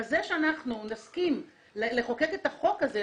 האם בזה שנסכים לחוקק את החוק הזה,